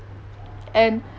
and